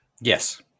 yes